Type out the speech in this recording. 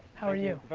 how are you?